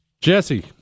Jesse